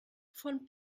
von